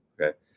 okay